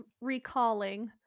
recalling